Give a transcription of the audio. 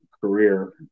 career